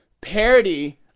parody